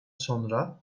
sonra